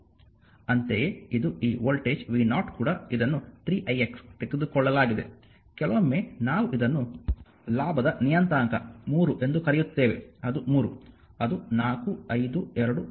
ಅಂತೆಯೇ ಇದು ಈ ವೋಲ್ಟೇಜ್ v0 ಕೂಡ ಇದನ್ನು 3ix ತೆಗೆದುಕೊಳ್ಳಲಾಗಿದೆ ಕೆಲವೊಮ್ಮೆ ನಾವು ಇದನ್ನು ಲಾಭದ ನಿಯತಾಂಕ 3 ಎಂದು ಕರೆಯುತ್ತೇವೆ ಅದು 3 ಅದು 4 5 2 1